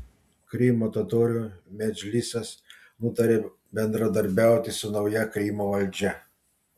krymo totorių medžlisas nutarė bendradarbiauti su nauja krymo valdžia